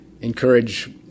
encourage